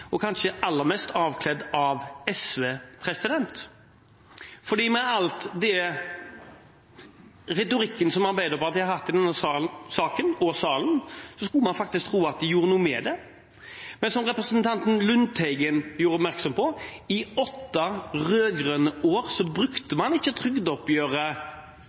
og kanskje aller mest av SV. For med all den retorikken som Arbeiderpartiet har hatt i denne saken, også her i salen, skulle man faktisk tro at de hadde gjort noe med det, men som representanten Lundteigen gjorde oppmerksom på: I åtte rød-grønne år brukte man trygdeoppgjøret